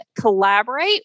collaborate